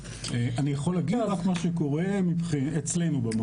אני יכול להגיד מה קורה אצלנו במחוז.